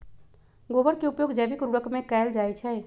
गोबर के उपयोग जैविक उर्वरक में कैएल जाई छई